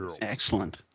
Excellent